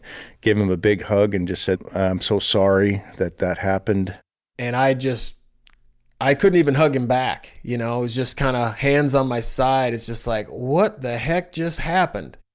give him him a big hug and just said i'm so sorry that that happened and i just i couldn't even hug him back. you know it's just kind of a hands on my side, it's just like, what the heck just happened?